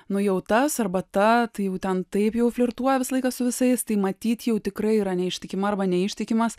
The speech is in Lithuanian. nu jau tas arba ta tai ten taip jau flirtuoja visą laiką su visais tai matyt jau tikrai yra neištikima arba neištikimas